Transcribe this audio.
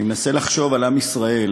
אני מנסה לחשוב על עם ישראל,